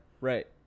Right